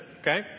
okay